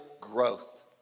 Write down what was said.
growth